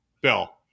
Bill